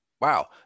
Wow